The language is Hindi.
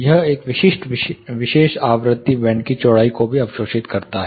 यह एक विशिष्ट विशेष आवृत्ति बैंड की चौड़ाई को भी अवशोषित करता है